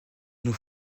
nos